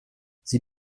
sie